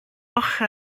ochr